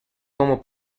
como